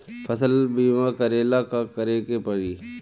फसल बिमा करेला का करेके पारी?